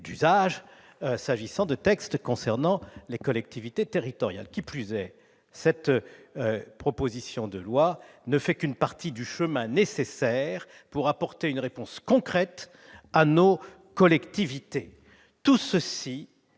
d'usage pour les textes concernant les collectivités territoriales. Qui plus est, cette proposition de loi ne fait qu'une partie du chemin nécessaire pour apporter une réponse concrète à nos collectivités. Tout cela